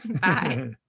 Bye